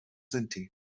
sinti